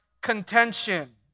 contention